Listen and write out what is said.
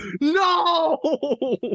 no